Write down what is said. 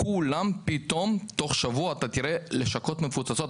כולם פתאום תוך שבוע אתה תראה לשכות מפוצצות,